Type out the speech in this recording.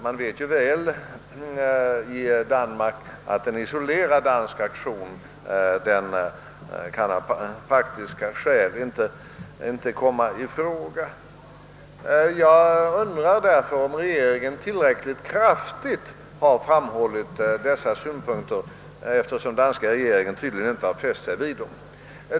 Man bör ju veta i Danmark, att en isolerad dansk aktion av olika skäl inte kan komma i fråga. Jag undrar därför om regeringen tillräckligt kraftigt har framhållit dessa synpunkter, eftersom den danska regeringen tydligen inte fäst sig vid dem.